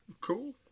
Cool